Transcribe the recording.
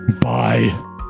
Bye